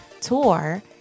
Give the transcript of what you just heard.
tour